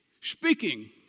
speaking